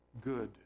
good